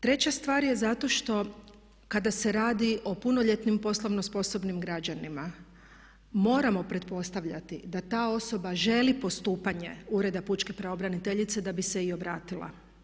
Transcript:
Treća stvar je zato što kada se radi o punoljetnim poslovno sposobnim građanima moramo pretpostavljati da ta osoba želi postupanje Ureda pučke pravobraniteljice da bi se i obratila.